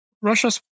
Russia's